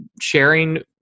sharing